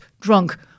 drunk